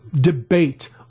debate